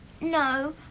No